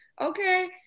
okay